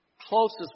Closest